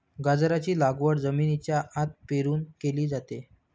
गाजराची लागवड जमिनीच्या आत पेरून केली जाते